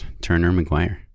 Turner-McGuire